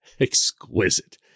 Exquisite